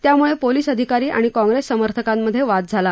त्याम्ळे पोलीस अधिकारी आणि काँग्रेस समर्थकांमध्ये वाद झाला